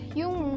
yung